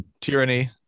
tyranny